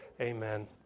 amen